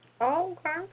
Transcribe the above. Okay